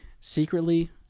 secretly